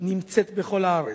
נמצאת בכל הארץ.